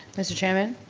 mr. chairman?